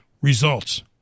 Results